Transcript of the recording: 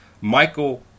Michael